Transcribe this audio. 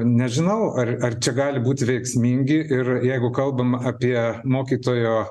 nežinau ar ar čia gali būti veiksmingi ir jeigu kalbam apie mokytojo